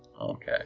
Okay